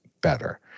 better